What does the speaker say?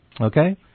Okay